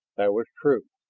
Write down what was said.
that was true.